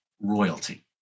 royalty